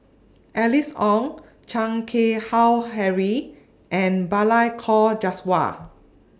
Alice Ong Chan Keng Howe Harry and Balli Kaur Jaswal